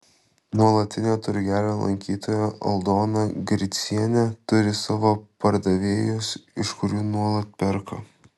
nuolatinė turgelių lankytoja aldona gricienė turi savo pardavėjus iš kurių nuolat perka